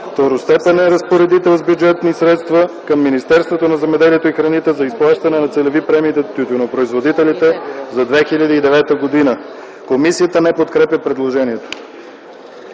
второстепенен разпоредител с бюджетни средства към Министерството на земеделието и храните за изплащане на целевите премии на тютюнопроизводителите за 2009 г.” Комисията не подкрепя предложението.